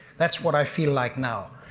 that's what i feel like now.